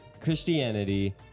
Christianity